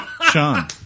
Sean